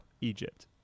Egypt